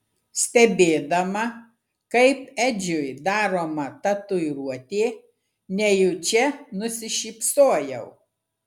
stebėdama kaip edžiui daroma tatuiruotė nejučia nusišypsojau